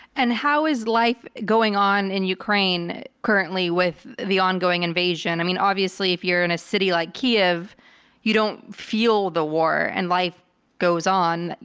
and how is life going on in ukraine currently with the ongoing invasion? i mean, obviously if you're in a city like kyev you don't feel the war and life goes on.